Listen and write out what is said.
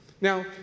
Now